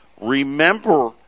Remember